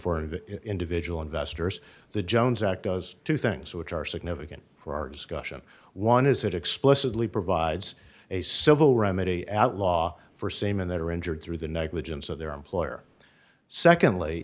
for individual investors the jones act does two things which are significant for our discussion one is it explicitly provides a civil remedy at law for same and that are injured through the negligence of their employer secondly